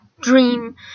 dream